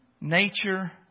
nature